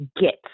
get